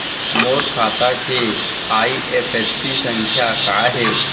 मोर खाता के आई.एफ.एस.सी संख्या का हे?